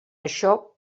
això